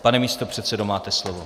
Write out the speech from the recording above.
Pane místopředsedo, máte slovo.